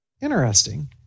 Interesting